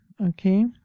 okay